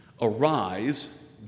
Arise